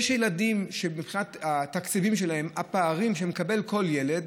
התקציבים שמקבל כל ילד,